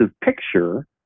picture